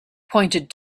pointed